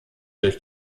durch